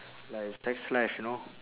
like sex life you know